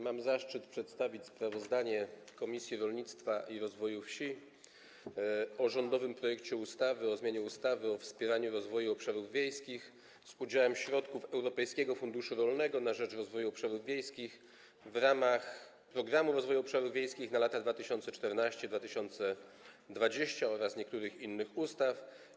Mam zaszczyt przedstawić sprawozdanie Komisji Rolnictwa i Rozwoju Wsi o rządowym projekcie ustawy o zmianie ustawy o wspieraniu rozwoju obszarów wiejskich z udziałem środków Europejskiego Funduszu Rolnego na rzecz Rozwoju Obszarów Wiejskich w ramach Programu Rozwoju Obszarów Wiejskich na lata 2014–2020 oraz niektórych innych ustaw.